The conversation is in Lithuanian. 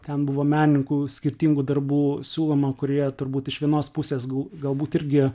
ten buvo menininkų skirtingų darbų siūloma kurie turbūt iš vienos pusės buvo galbūt irgi